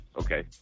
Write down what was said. Okay